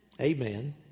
amen